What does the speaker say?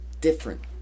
different